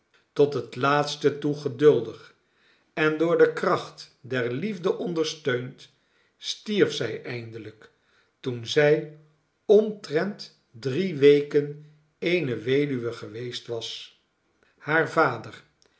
tot het laatste toe geduldig en door de kracht der liefde ondersteund stierf zij eindelijk toen zij omtrent drie weken eene weduwe geweest was haar vader